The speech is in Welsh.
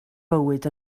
bywyd